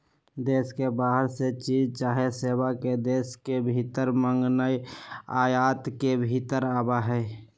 देश के बाहर से चीज चाहे सेवा के देश के भीतर मागनाइ आयात के भितर आबै छइ